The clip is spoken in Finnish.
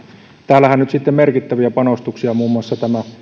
täällähän on nyt sitten merkittäviä panostuksia muun muassa tämä